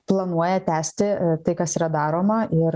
planuoja tęsti tai kas yra daroma ir